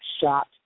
shot